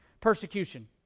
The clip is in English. persecution